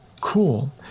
Cool